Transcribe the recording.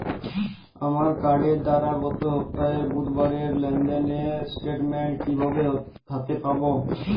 আমার কার্ডের দ্বারা গত সপ্তাহের বুধবারের লেনদেনের স্টেটমেন্ট কীভাবে হাতে পাব?